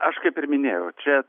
aš kaip ir minėjau čia